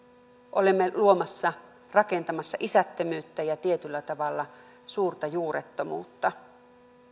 olemme luomassa rakentamassa isättömyyttä ja tietyllä tavalla suurta juurettomuutta